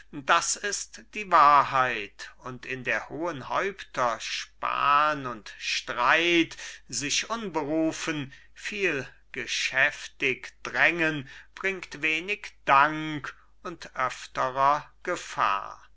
das ist die wahrheit und in der hohen häupter spahn und streit sich unberufen vielgeschäftig drängen bringt wenig dank und öfterer gefahr